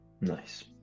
nice